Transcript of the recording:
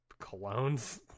colognes